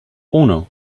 uno